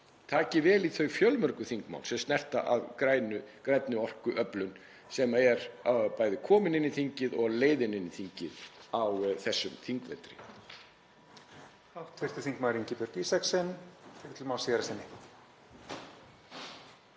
taki vel í þau fjölmörgu þingmál sem snerta græna orkuöflun sem eru bæði komin inn í þingið og á leiðinni inn í þingið á þessum þingvetri.